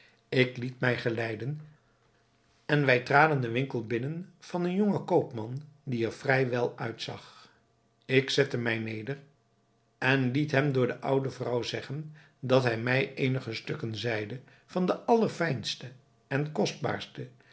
ik liet mij geleiden en wij traden den winkel binnen van een jongen koopman die er vrij wel uitzag ik zette mij neder en liet hem door de oude dame zeggen dat hij mij eenige stukken zijde van de allerfijnste en kostbaarste